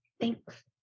Thanks